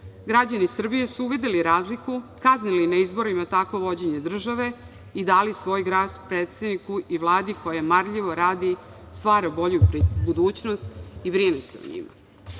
Građani Srbije su uvideli razliku, kaznili na izborima takvo vođenje države i dali svoj glas predsedniku i Vladi koja marljivo radi i stvara bolju budućnost i brine se o njima. Država